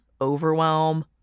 overwhelm